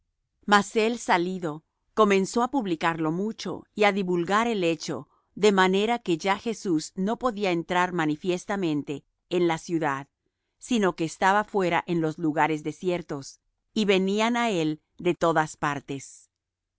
mas él salido comenzó á publicarlo mucho y á divulgar el hecho de manera que ya jesús no podía entrar manifiestamente en la ciudad sino que estaba fuera en los lugares desiertos y venían á él de todas partes